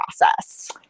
process